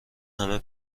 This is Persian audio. همه